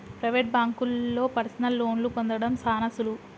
private బాంకుల్లో personal లోన్లు పొందడం సాన సులువు